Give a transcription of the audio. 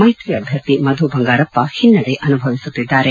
ಮೈತ್ರಿ ಅಭ್ಯರ್ಥಿ ಮಧು ಬಂಗಾರಪ್ಪ ಹಿನ್ನಡೆ ಅನುಭವಿಸುತ್ತಿದ್ದಾರೆ